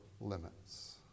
limits